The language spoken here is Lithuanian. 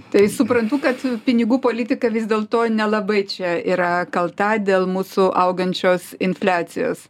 tai suprantu kad pinigų politika vis dėlto nelabai čia yra kalta dėl mūsų augančios infliacijos